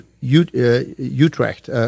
Utrecht